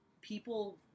people